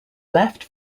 left